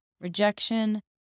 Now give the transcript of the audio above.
rejection